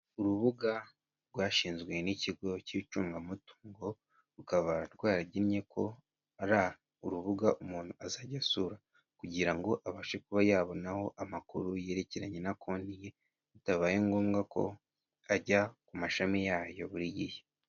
Urubuga rwashinzwe n'ikigo cy'icungamutungo, rukaba rwaragennye ko ari urubuga umuntu azajya asura kugira ngo abashe kuba yabonaho amakuru yerekeranye na konti ye, bitabaye ngombwa ko ajya ku mashami yayo buri gihe.